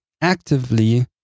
Actively